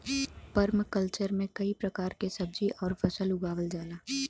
permaculture में कई प्रकार के सब्जी आउर फसल उगावल जाला